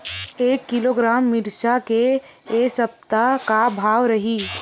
एक किलोग्राम मिरचा के ए सप्ता का भाव रहि?